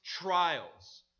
trials